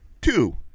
two